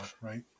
right